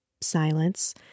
silence